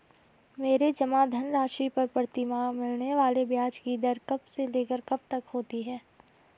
मेरे जमा धन राशि पर प्रतिमाह मिलने वाले ब्याज की दर कब से लेकर कब तक होती है?